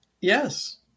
Yes